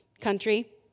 country